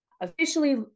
officially